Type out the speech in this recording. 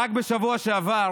רק בשבוע שעבר